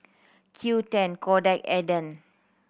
Qoo ten Kodak Aden